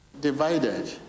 divided